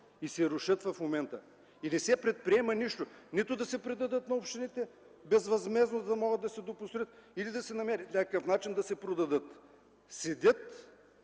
и се рушат в момента. Не се предприема нищо: нито да се предадат на общините безвъзмездно, за да могат да се достроят – или да се намери някакъв начин, да се продадат. Седят!